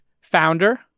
founder